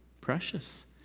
precious